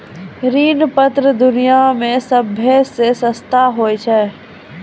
ऋण पत्र दुनिया मे सभ्भे से सस्ता श्रोत होय छै